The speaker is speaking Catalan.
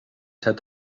set